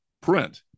print